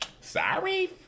sorry